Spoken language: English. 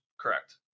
Correct